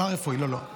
פארה-רפואי, לא, לא.